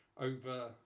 over